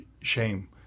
Shame